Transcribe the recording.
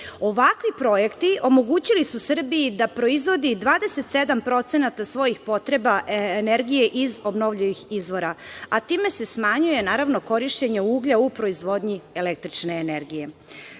snage. Ovakvi projekti omogućili su Srbiji da proizvodi 27% svojih potreba energije iz obnovljivih izvora, a time se smanjuje korišćenje uglja u proizvodnji električne energije. Sa